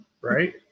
right